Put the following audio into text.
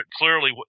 clearly